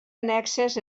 annexes